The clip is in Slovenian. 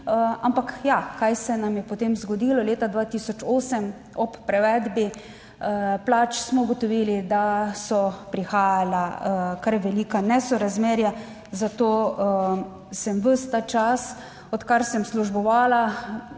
ampak ja, kaj se nam je potem zgodilo? Leta 2008 ob prevedbi plač smo ugotovili, da so prihajala kar velika nesorazmerja, zato sem ves ta čas, odkar sem službovala,